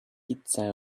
pizza